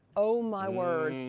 oh my word.